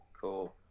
Cool